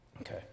Okay